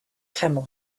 camel